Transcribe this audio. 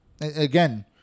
Again